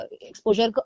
exposure